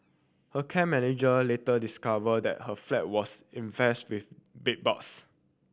her care manager later discovered that her flat was infested with bedbugs